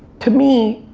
to me,